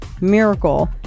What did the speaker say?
miracle